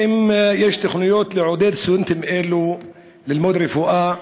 האם יש תוכניות לעודד סטודנטים אלו ללמוד רפואה בארץ?